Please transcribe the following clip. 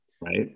right